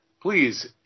please